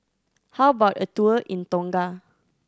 how about a tour in Tonga